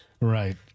Right